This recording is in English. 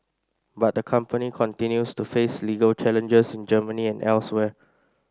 but the company continues to face legal challenges in Germany and elsewhere